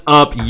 up